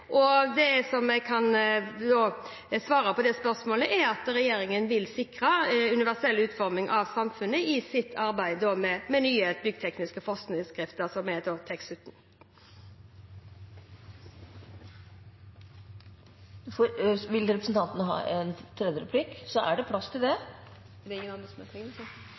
Det som er svaret på det spørsmålet, er at regjeringen vil sikre universell utforming av samfunnet i sitt arbeid med nye byggtekniske forskrifter, som er TEK17. Da lurer jeg på noe angående servicehunder, for i regjeringserklæringen står det: